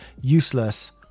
useless